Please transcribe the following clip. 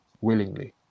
willingly